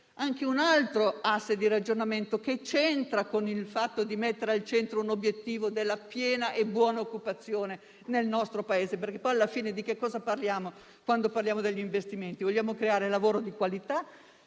anche un altro asse di ragionamento, che c'entra con il fatto di mettere al centro l'obiettivo della piena e buona occupazione nel nostro Paese. Perché alla fine di cosa parliamo quando parliamo degli investimenti? Vogliamo creare lavoro di qualità.